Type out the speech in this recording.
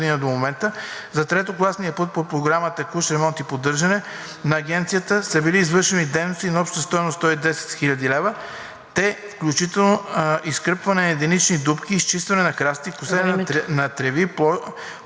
за третокласния път по Програма „Текущ ремонт и поддръжка“ на Агенцията са били извършени дейности на обща стойност 110 хил. лв., включително изкърпване на единични дупки, изчистване на храсти, косене на треви…